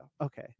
Okay